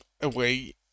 away